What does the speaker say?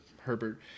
Herbert